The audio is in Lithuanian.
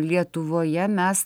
lietuvoje mes